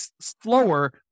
slower